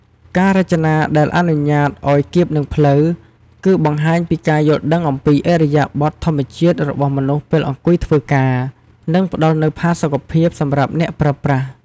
ការរចនាដែលអនុញ្ញាតឱ្យគៀបនឹងភ្លៅ គឺបង្ហាញពីការយល់ដឹងអំពីឥរិយាបថធម្មជាតិរបស់មនុស្សពេលអង្គុយធ្វើការ និងផ្តល់នូវផាសុខភាពសម្រាប់អ្នកប្រើប្រាស់។